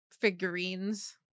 figurines-